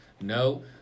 No